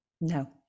No